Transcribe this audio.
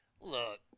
look